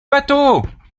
bateau